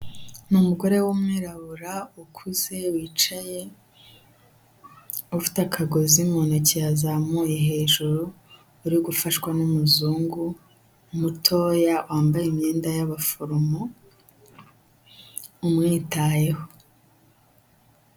Ni umugore w'umwirabura ukuze wicaye ufite akagozi mu ntoki yazamuye hejuru, uri gufashwa n'umuzungu mutoya wambaye imyenda y'ababaforomo umwitayeho.